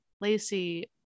Lacey